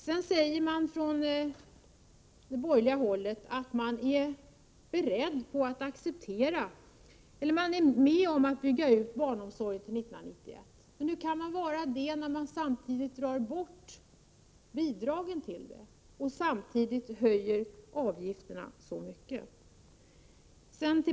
Man säger från borgerligt håll att man går med på att bygga ut barnomsorgen till 1991, men hur kan man göra det när man samtidigt drar bort bidragen till det och höjer avgifterna så mycket?